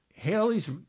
Haley's